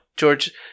George